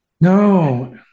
No